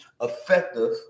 effective